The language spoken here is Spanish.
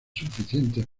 suficientes